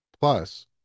Plus